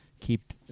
keep